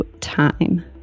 time